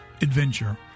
adventure